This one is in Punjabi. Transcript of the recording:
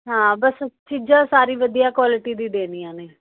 ਹਾਂ ਬਸ ਚੀਜ਼ਾਂ ਸਾਰੀ ਵਧੀਆ ਕੁਆਲਟੀ ਦੀ ਦੇਣੀਆਂ ਨੇ